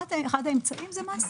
אחד האמצעים הוא מס,